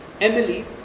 Emily